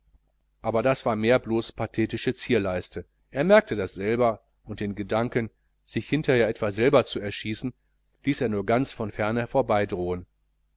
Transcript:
aber das war schon mehr blos pathetische zierleiste er merkte das selber und den gedanken sich hinter her etwa selber zu erschießen ließ er nur ganz von ferne